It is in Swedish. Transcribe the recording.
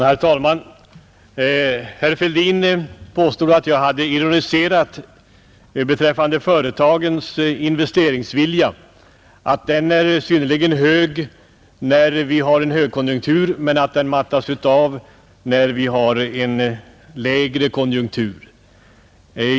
Herr talman! Herr Fälldin påstod att jag hade ironiserat beträffande företagens investeringsvilja — att den är synnerligen hög när vi har en högkonjunktur men att den mattas utav när vi har en lägre konjunktur.